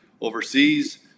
overseas